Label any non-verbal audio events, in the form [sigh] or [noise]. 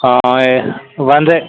ఈ వన్ [unintelligible]